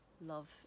love